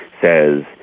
says –